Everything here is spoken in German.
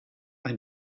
ein